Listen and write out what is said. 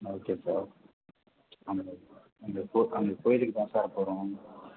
okay sir ஆமாம் sir அந்த அந்த கோவிலுக்கு தான் சார் போகிறோம்